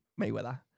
Mayweather